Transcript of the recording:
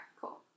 cool